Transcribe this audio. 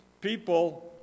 people